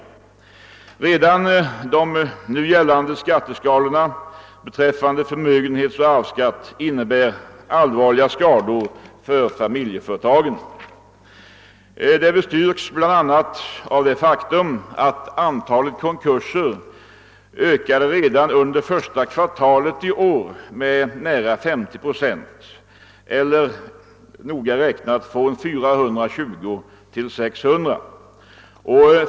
Redan de nu gällande skatteskalorna beträffande förmögenhetsoch arvsskatt innebär allvarliga skador för familjeföretagen. Det bestyrks bl.a. av det faktum att antalet. konkurser ökat redan under första kvartalet i år med nära 50 procent eller noga räknat från 420 tilk.600.